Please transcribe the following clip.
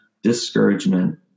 Discouragement